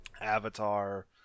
Avatar